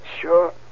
Sure